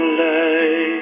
light